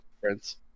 friends